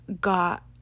got